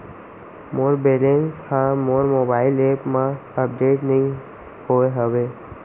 मोर balance हा मोर mobile app मा अपडेट नहीं होय हवे